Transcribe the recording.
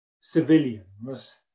civilians